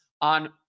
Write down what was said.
on